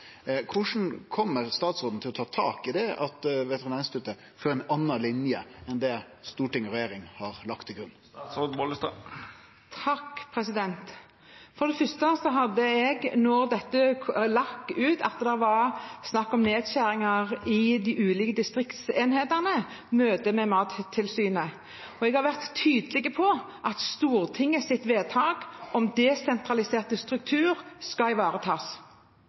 Korleis kjem statsråden til å ta tak i det at Veterinærinstituttet fører ei anna linje enn det storting og regjering har lagt til grunn? For det første hadde jeg – når det lekket ut at det var snakk om nedskjæringer i de ulike distriktsenhetene – møte med Mattilsynet. Jeg har vært tydelig på at Stortingets vedtak om desentralisert struktur skal ivaretas.